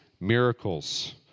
miracles